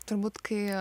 turbūt kai